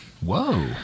Whoa